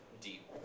deep